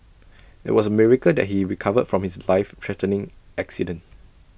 IT was A miracle that he recovered from his life threatening accident